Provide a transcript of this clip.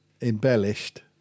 embellished